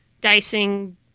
dicing